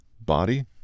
body